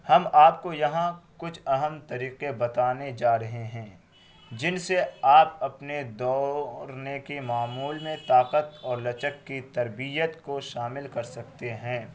ہم آپ کو یہاں کچھ اہم طریقے بتانے جا رہے ہیں جن سے آپ اپنے دوڑنے کے معمول میں طاقت اور لچک کی تربیت کو شامل کر سکتے ہیں